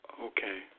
Okay